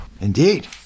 Indeed